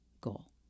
goal